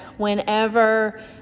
whenever